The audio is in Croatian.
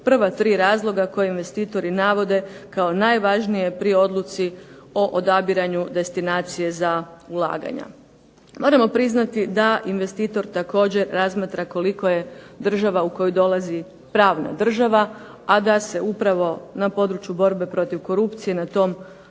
prva tri razloga koje investitori navode kao najvažnije pri odluci o odabiranju destinacije za ulaganja. Moramo priznati da investitor također razmatra koliko je država u koju dolazi pravna država, a da se upravo na području borbe protiv korupcije na tom